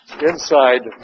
inside